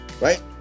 right